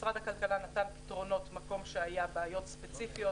משרד הכלכלה נתן פתרונות מקום שהיו בו בעיות ספציפיות